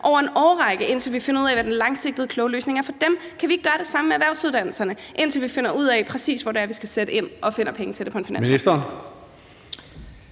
over en årrække, indtil vi finder ud af, hvad den langsigtede kloge løsning er for dem. Kan vi ikke gøre det samme med erhvervsuddannelserne, indtil vi finder ud af, præcis hvor det er, vi skal sætte ind, og finder penge til det på finansloven?